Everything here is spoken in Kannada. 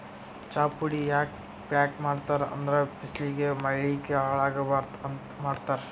ಚಾಪುಡಿ ಯಾಕ್ ಪ್ಯಾಕ್ ಮಾಡ್ತರ್ ಅಂದ್ರ ಬಿಸ್ಲಿಗ್ ಮಳಿಗ್ ಹಾಳ್ ಆಗಬಾರ್ದ್ ಅಂತ್ ಮಾಡ್ತಾರ್